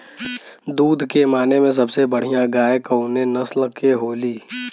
दुध के माने मे सबसे बढ़ियां गाय कवने नस्ल के होली?